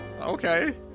Okay